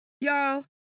Y'all